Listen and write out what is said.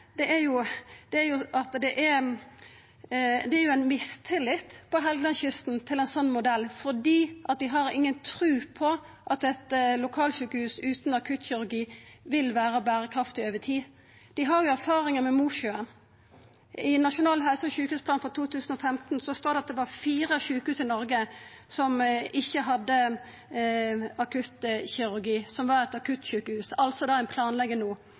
Dei har jo erfaringar med Mosjøen. I Nasjonal helse- og sjukehusplan for 2015–2019 står det at det var fire sjukehus i Noreg utan akuttkirurgi som var akuttsjukehus, altså det ein planlegg no.